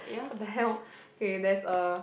!what the hell! K there's a